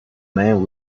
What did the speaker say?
men